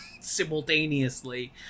simultaneously